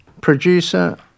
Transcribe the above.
Producer